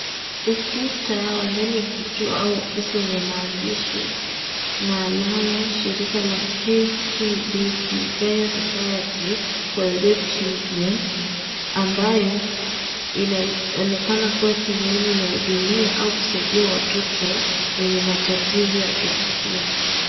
Ukuta wa ndani ya kituo au ofisi wenye maandishi na alama shirika la "KCDC", Kenya Society for the Deaf Children, ambayo inaonekana kama sehemu inayohudumia au kusaidia watoto wenye matatizo ya kusikia.